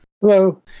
Hello